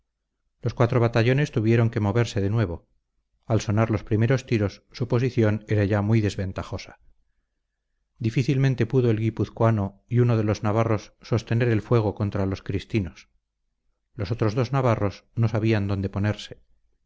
los cuatro batallones tuvieron que moverse de nuevo al sonar los primeros tiros su posición era ya muy desventajosa difícilmente pudo el guipuzcoano y uno de los navarros sostener el fuego contra los cristinos los otros dos navarros no sabían dónde ponerse